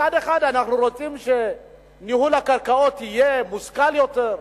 מצד אחד אנחנו רוצים שניהול הקרקעות יהיה מושכל יותר,